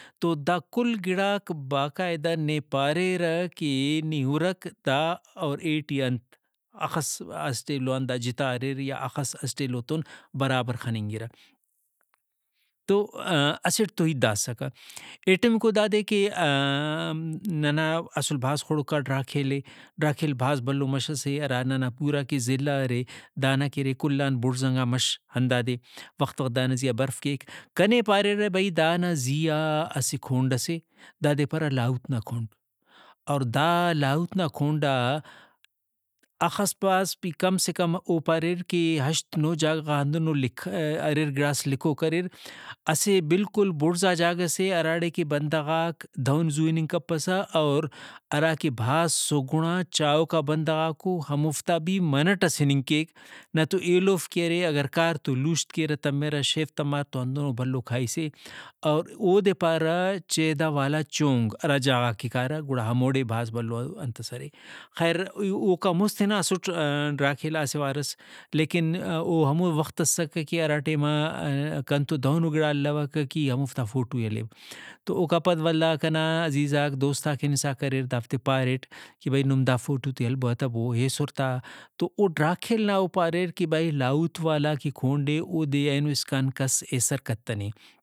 تو دا کل گڑاک باقاعدہ نے پاریرہ کہ نی ہُرک دا اور ایٹی انت ہخس اسٹ ایلو آن دا جتا اریر یا اخس اسٹ ایلوتون برابر خننگرہ۔ تو اسٹ تو ہیت دا اسکہ ارٹمیکو دادے کہ ننا اسل بھاز خڑکا ڈھراکیل اے ڈھراکیل بھاز بھلو مش سے ہراننا پورا کہ ضلع ارے دانا کہ ارے کلان بڑزنگا مش ہندادے وخت وخت دانا زیہا برف کیک۔ کنے پاریرہ بھئی دانا زیہا اسہ کھونڈ سے دادے پارہ لاہوت نا کھونڈ اور دا لاہوت نا کھونڈا ہخس پاس بھی کم سے کم او پاریر کہ ہشت نہہ جاگہ غا ہندنو لکھ اریر گڑاس لکھوک اریر اسہ بالکل بڑزا جاگہ سےہراڑےکہ بندغاک دہن زو اِننگ کپسہ اور ہراکہ بھاز سگھڑا چاہوکا بندغاکو ہموفتا بھی منٹ ئس اِننگ کیک نہ تو ایلوفک کہ ارے اگر کار تو لوشت کیرہ تمرہ شیف تمار تو ہندنو بھلو کھائی سے اور اودے پارہ چیدہ والا چونگ ہرا جاگہ غا کہ کارہ گڑا ہموڑے بھاز بھلو انتس ارے۔ خیر ای اوکان مُست ہناسٹ ڈھراکیل آ اسہ وارس لیکن او ہمو وخت اسکہ کہ ہرا ٹائما کنتو دہنو گڑا الوکہ کہ ای ہموفتا فوٹو ئے ہلیو۔ تو اوکا پد ولدا کنا عزیزاک دوستاک ہنسا کریر دا فتے پاریٹ کہ بھئی نم دا فوٹو تےہلبوہتبوہیسرتاتواوڈھراکیل نااو پاریر کہ بھئی لاہوت والا کہ کھونڈے اودے اینو اسکان کس ایسر کتنے